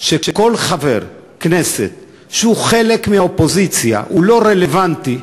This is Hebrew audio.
שכל חבר כנסת שהוא חלק מהאופוזיציה הוא לא רלוונטי,